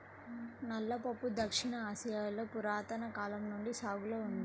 నల్ల పప్పు దక్షిణ ఆసియాలో పురాతన కాలం నుండి సాగులో ఉంది